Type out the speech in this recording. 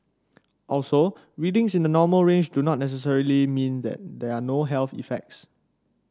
also readings in the normal range do not necessarily mean there are no health effects